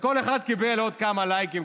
וכל אחד קיבל עוד כמה לייקים,